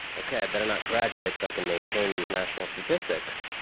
ok, i better not graduate, so i can maintain these national statistics.